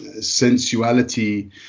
sensuality